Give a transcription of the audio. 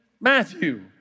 Matthew